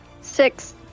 Six